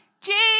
Jesus